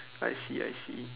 I see I see